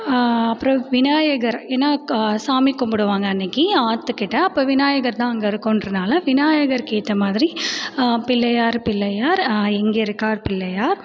அப்புறம் விநாயகர் ஏன்னால் கா சாமி கும்பிடுவாங்க அன்றைக்கி ஆற்றுக்கிட்ட அப்போ விநாயகர் தான் அங்கே இருக்குன்றதினால விநாயகர்க்கு ஏற்ற மாதிரி பிள்ளையார் பிள்ளையார் எங்கே இருக்கார் பிள்ளையார்